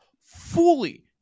fully